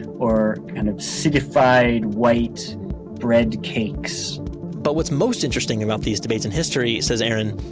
or kind of citified white bread cakes but what's most interesting about these debates in history, says aaron,